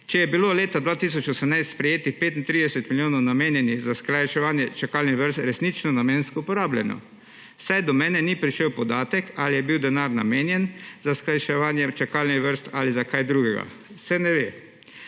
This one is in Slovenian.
ali je bilo leta 2018 sprejetih 35 milijonov, namenjenih za skrajševanje čakalnih vrst, resnično namensko porabljeno, saj do mene ni prišel podatek, ali je bil denar namenjen za skrajševanje čakalnih vrst ali za kaj drugega. Se ne ve.